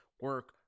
Work